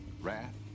wrath